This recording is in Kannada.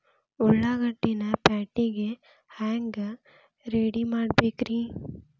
ಉಳ್ಳಾಗಡ್ಡಿನ ಪ್ಯಾಟಿಗೆ ಹ್ಯಾಂಗ ರೆಡಿಮಾಡಬೇಕ್ರೇ?